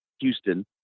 Houston